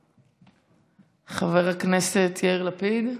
חבר הכנסת יאיר לפיד.